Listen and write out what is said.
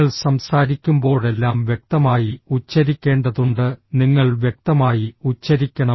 നിങ്ങൾ സംസാരിക്കുമ്പോഴെല്ലാം വ്യക്തമായി ഉച്ചരിക്കേണ്ടതുണ്ട് നിങ്ങൾ വ്യക്തമായി ഉച്ചരിക്കണം